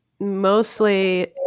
mostly